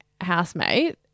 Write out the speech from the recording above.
housemate